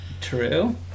true